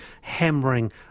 hammering